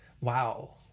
Wow